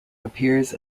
appears